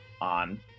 on